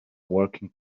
working